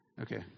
Okay